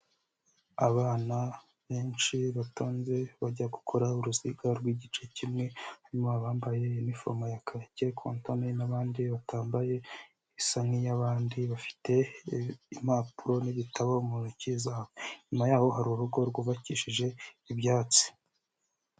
Abana benshi batonze bajya gukora uruziga rw'igice kimwe harimo abambaye inifomo ya kake, kontoni n'abandi batambaye isa nk'iy'abandi bafite impapuro n'ibitabo mu ntoki zabo inyuma yaho hari urugo rwubakishije ibyatsi.